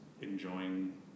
enjoying